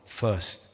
first